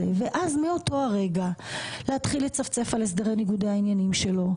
ואז מאותו הרגע להתחיל לצפצף על הסדרי ניגוד העניינים שלו,